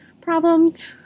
problems